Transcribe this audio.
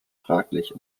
fraglich